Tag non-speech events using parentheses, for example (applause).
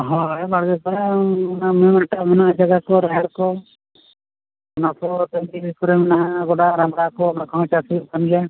ᱦᱳᱭ ᱵᱟᱲᱜᱮ ᱠᱚ (unintelligible) ᱚᱱᱟ ᱢᱤᱼᱢᱤᱫ ᱴᱮᱱ ᱢᱮᱱᱟᱜᱼᱟ ᱡᱟᱭᱜᱟ ᱠᱚ ᱨᱟᱦᱮᱲ ᱠᱚ ᱚᱱᱟ ᱠᱚ (unintelligible) ᱜᱚᱰᱟ ᱨᱟᱢᱲᱟ ᱠᱚ ᱚᱱᱟ ᱠᱚᱦᱚᱸ ᱪᱟᱥ ᱦᱩᱭᱩᱜ ᱠᱟᱱ ᱜᱮᱭᱟ